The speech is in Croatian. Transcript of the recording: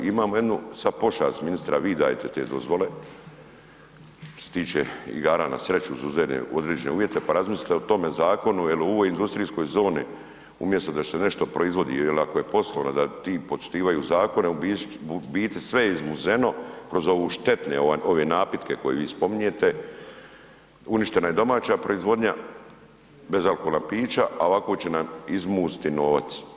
Imamo jednu sad pošast, ministre a vi dajete te dozvole, što se tiče igara na sreću uz određene uvjete pa razmislite o tome zakonu jer u ovoj industrijskoj zoni umjesto da se nešto proizvodi jer ako je poslovna, da ti poštivaju zakone, u biti sve je izmuzeno, kroz ove štetne napitke koje vi spominjete, uništena je domaća proizvodnja, bezalkoholna pića a ovako će nam izmusti novac.